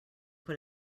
put